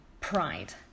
pride